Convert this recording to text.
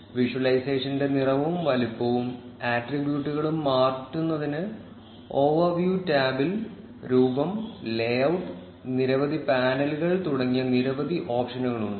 വിഷ്വലൈസേഷന്റെ നിറവും വലുപ്പവും ആട്രിബ്യൂട്ടുകളും മാറ്റുന്നതിന് ഓവർവ്യൂ ടാബിൽ രൂപം ലേഔട്ട് നിരവധി പാനലുകൾ തുടങ്ങിയ നിരവധി ഓപ്ഷനുകൾ ഉണ്ട്